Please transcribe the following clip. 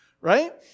right